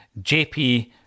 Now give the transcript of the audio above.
JP